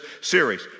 series